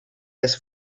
his